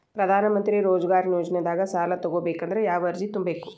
ಪ್ರಧಾನಮಂತ್ರಿ ರೋಜಗಾರ್ ಯೋಜನೆದಾಗ ಸಾಲ ತೊಗೋಬೇಕಂದ್ರ ಯಾವ ಅರ್ಜಿ ತುಂಬೇಕು?